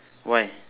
why